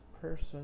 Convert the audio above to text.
person